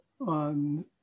on